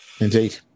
Indeed